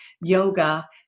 yoga